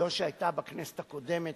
לא שהיתה בכנסת הקודמת,